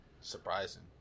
Surprising